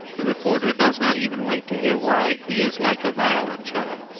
the reporter does not even wait to hear why he is like a violoncello.